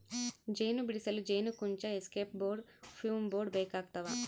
ಜೇನು ಬಿಡಿಸಲು ಜೇನುಕುಂಚ ಎಸ್ಕೇಪ್ ಬೋರ್ಡ್ ಫ್ಯೂಮ್ ಬೋರ್ಡ್ ಬೇಕಾಗ್ತವ